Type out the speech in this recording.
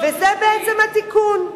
וזה בעצם התיקון.